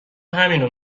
همینو